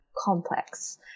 complex